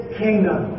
kingdom